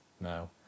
no